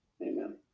Amen